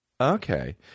Okay